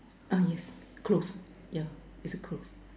uh yes closed yeah is closed